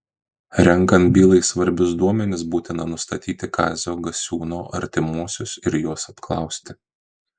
renkant bylai svarbius duomenis būtina nustatyti kazio gasiūno artimuosius ir juos apklausti